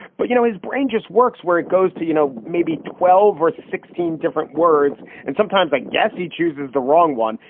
but, you know, his brain just works where it goes to you know maybe twelve or sixteen different words. and sometimes i guess he chooses the wrong one.